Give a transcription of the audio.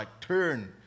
turn